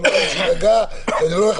אני רוצה